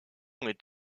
était